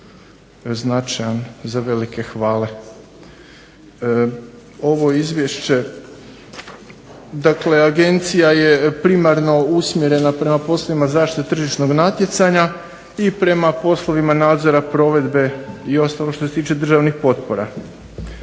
značajan za velike hvale. Ovo Izvješće dakle, Agencija je primarno usmjerena prema poslovima zaštite tržišnog natjecanja i prema poslovima nadzora provedbe i ostalo što se tiče državnih potpora.